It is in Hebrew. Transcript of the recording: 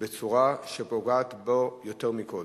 בצורה שפגעה בו יותר מכול.